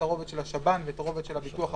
הרובד של השב"ן והרובד של הביטוח הפרטי,